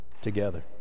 together